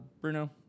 Bruno